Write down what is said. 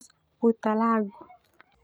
Puta lagu.